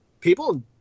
People